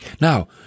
Now